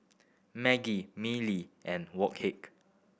Maggi Mili and Wok Hey